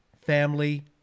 Family